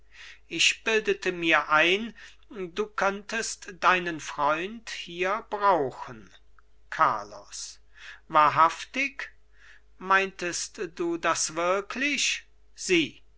ich bildete mir ein du könntest deinen freund hier brauchen carlos wahrhaftig meintest du das wirklich sieh